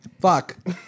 Fuck